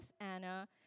Anna